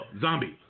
zombie